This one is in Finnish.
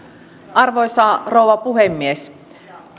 arvoisa rouva puhemies